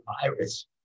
virus